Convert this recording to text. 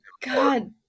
God